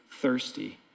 thirsty